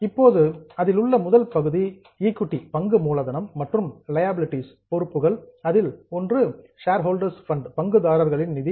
இப்போது அதில் உள்ள முதல் பகுதி ஈக்விட்டி பங்கு மூலதனம் மற்றும் லியாபிலிடீஸ் பொறுப்புகள் அதில் ஒன்று சேர்ஹொல்டர்ஸ் ஃபண்ட் பங்குதாரர்களின் நிதி